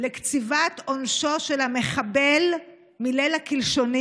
לקציבת עונשו של המחבל מליל הקלשונים.